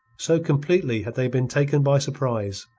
so completely had they been taken by surprise,